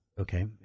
Okay